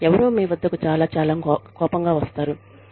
ఎవరో మీ వద్దకు చాలా చాలా కోపంగా వస్తారు